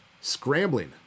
scrambling